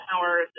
hours